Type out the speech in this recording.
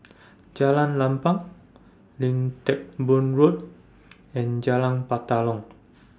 Jalan Lapang Lim Teck Boo Road and Jalan Batalong